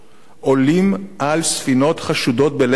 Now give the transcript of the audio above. עולים על ספינות חשודות בלב ים,